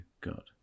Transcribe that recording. God